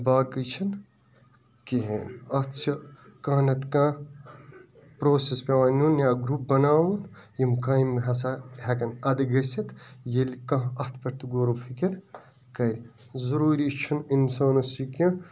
باقٕے چھُنہٕ کِہیٖنٛۍ اَتھ چھ کانٛہہ نَتہٕ کانٛہہ پرٛوسیٚس پیٚوان نِیُن یا گرٛوٗپ بناوُن یم کامہِ ہَسا ہٮ۪کان اَدٕ گٔژھِتھ ییٚلہِ کانٛہہ اتھ پٮ۪ٹھ تہِ غورو فِکر کَرِ ضروٗری چھُ نہٕ انسانَس یہِ کیٚنٛہہ